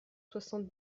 soixante